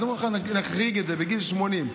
אז אומרים לך: נחריג את זה בגיל 80,